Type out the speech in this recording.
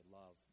love